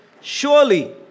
surely